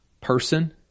person